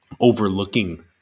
overlooking